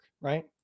right